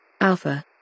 Alpha